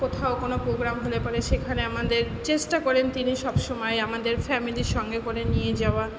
কোথাও কোনো পোগ্রাম হলে পরে সেখানে আমাদের চেষ্টা করেন তিনি সব সময় আমাদের ফ্যামিলির সঙ্গে করে নিয়ে যাওয়া